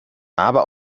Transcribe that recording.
aber